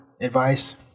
advice